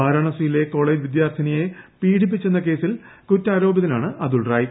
വാരാണസിയിലെ college വിദ്യാർത്ഥിയെ പീഡിപ്പിച്ചെന്ന കേസിൽ കുറ്റരോപിതനാണ് അതുൽ റായ്